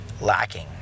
lacking